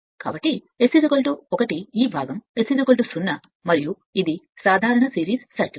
కాబట్టి S 1 కాబట్టి ఈ భాగం S0 సరైనది మరియు ఇది సాధారణ సిరీస్ సర్క్యూట్